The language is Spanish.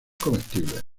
comestibles